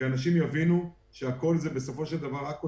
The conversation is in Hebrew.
כי אנשים יבינו שבסופו של דבר מדובר פה רק בכותרות,